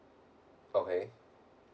okay